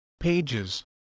pages